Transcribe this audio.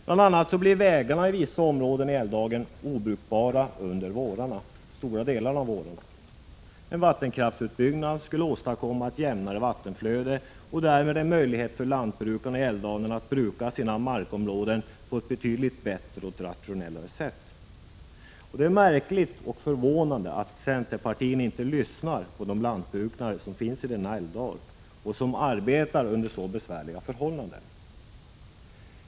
Exempelvis blir vägarna i vissa områden i älvdalen obrukbara under stora delar av vårarna. En vattenkraftsutbyggnad skulle åstadkomma ett jämnare vattenflöde och därmed en möjlighet för lantbrukarna i älvdalen att bruka sina markområden på ett betydligt bättre och rationellare sätt. Det är märkligt och förvånande att centerpartiet inte lyssnar på de lantbrukare som bor i denna älvdal och som arbetar under så besvärliga förhållanden.